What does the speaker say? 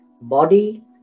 body